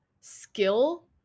skill